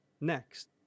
next